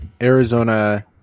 Arizona